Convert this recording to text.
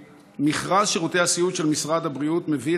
מכרז שירותי הסיעוד של משרד הבריאות מביא